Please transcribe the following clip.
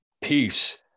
Peace